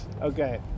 Okay